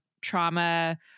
trauma